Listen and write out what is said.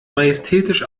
majestätisch